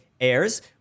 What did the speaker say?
airs